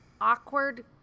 awkward